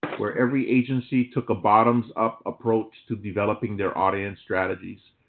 where every agency took a bottoms-up approach to developing their audience strategies.